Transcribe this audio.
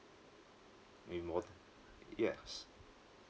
maybe more than yes